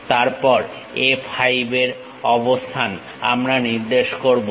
তারপর A 5 এর অবস্থান আমরা নির্দেশ করব